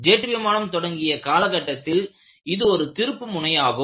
jet விமானம் தொடங்கிய காலகட்டத்தில் இது ஒரு திருப்புமுனையாகும்